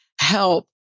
help